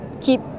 keep